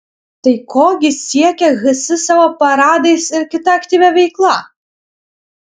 tai ko gi siekia hs savo paradais ir kita aktyvia veikla